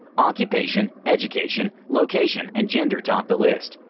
occupation, education, location and gender topped the list,